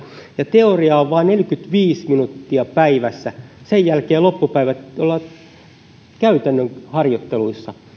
teoriaa on vain neljäkymmentäviisi minuuttia päivässä sen jälkeen loppupäivä ollaan käytännön harjoitteluissa